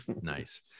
nice